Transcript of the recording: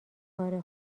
کار